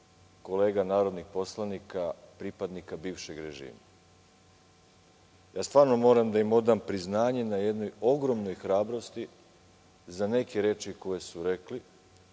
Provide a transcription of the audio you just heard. kolega narodnih poslanika pripadnika bivšeg režima. Stvarno moram da im odam priznanje na jednoj ogromnoj hrabrosti za neke reči koje su rekli,